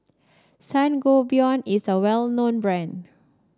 Sangobion is a well known brand